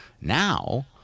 Now